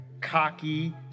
cocky